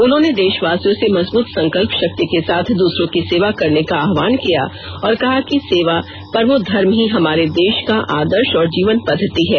उन्होंने देषवासियों से मजबूत संकल्पषक्ति के साथ द्रसरों की सेवा करने का आहवान किया और कहा कि सेवा ही परमोधमः ही हमारे देष का आदर्ष और जीवन पद्वति है